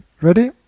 ready